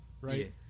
right